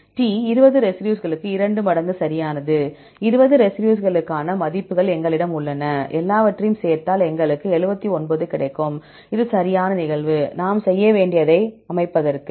T 20 ரெசிடியூஸ்களுக்கு 2 மடங்கு சரியானது 20 ரெசிடியூஸ்களுக்கான மதிப்புகள் எங்களிடம் உள்ளன எல்லாவற்றையும் சேர்த்தால் உங்களுக்கு 79 கிடைக்கும் இது சரியான நிகழ்வு நாம் செய்ய வேண்டியதை அமைப்பதற்கு